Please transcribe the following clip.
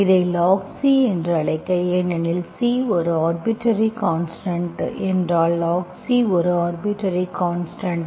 அதை log C என்று அழைக்க ஏனெனில் C ஒரு ஆர்பிட்டர்ரி கான்ஸ்டன்ட் என்றால் log C ஒரு ஆர்பிட்டர்ரி கான்ஸ்டன்ட்